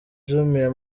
jumia